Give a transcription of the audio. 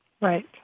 Right